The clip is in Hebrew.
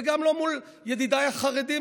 וגם לא מול ידידיי החרדים,